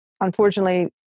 unfortunately